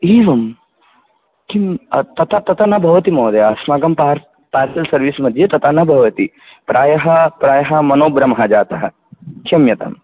एवं किं तथा तथा न भवति महोदय अस्माकं पार्सल् सर्विस् मध्ये तथा न भवति प्रायः प्रायः मनो भ्रमः जातः क्षम्यताम्